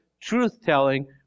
truth-telling